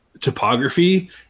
topography